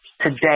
today